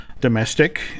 domestic